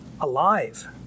alive